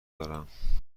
دارم